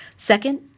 Second